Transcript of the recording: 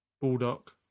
Bulldog